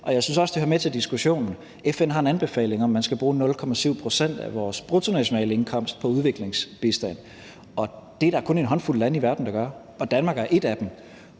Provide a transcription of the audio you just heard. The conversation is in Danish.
det hører med til diskussionen, at FN har en anbefaling om, at man skal bruge 0,7 pct. af bruttonationalindkomsten på udviklingsbistand, og det er der kun en håndfuld lande i verden der gør, og Danmark er et af dem.